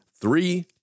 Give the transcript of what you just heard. three